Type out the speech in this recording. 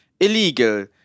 illegal